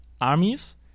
armies